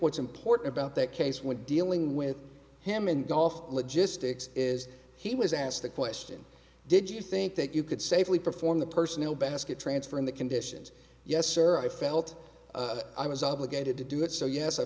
what's important about that case when dealing with him in golf logistics is he was asked the question did you think that you could safely perform the personal basket transfer in the conditions yes sir i felt i was obligated to do it so yes i